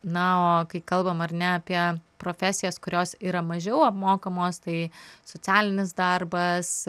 na o kai kalbam ar ne apie profesijas kurios yra mažiau apmokamos tai socialinis darbas